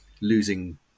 losing